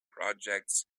projects